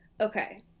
Okay